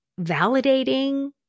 validating